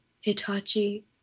Hitachi